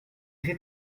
c’est